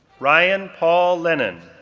ryan paul lennon,